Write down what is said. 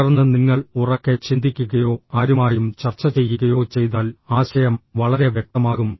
തുടർന്ന് നിങ്ങൾ ഉറക്കെ ചിന്തിക്കുകയോ ആരുമായും ചർച്ച ചെയ്യുകയോ ചെയ്താൽ ആശയം വളരെ വ്യക്തമാകും